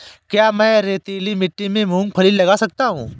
क्या मैं रेतीली मिट्टी में मूँगफली लगा सकता हूँ?